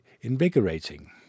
invigorating